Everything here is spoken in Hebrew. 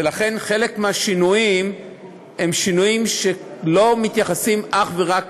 ולכן חלק מהשינויים הם שינויים שלא מתייחסים אך ורק